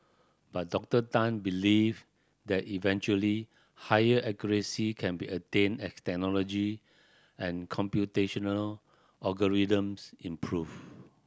but Doctor Tan believe that eventually higher accuracy can be attained as technology and computational algorithms improve